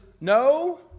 no